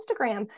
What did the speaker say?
Instagram